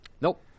Nope